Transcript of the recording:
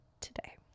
today